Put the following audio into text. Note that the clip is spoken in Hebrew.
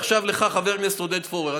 ועכשיו לך, חבר הכנסת עודד פורר.